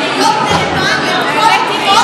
להיות נגד, צו